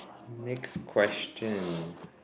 next question